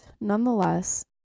nonetheless